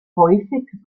häufig